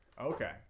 Okay